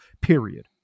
period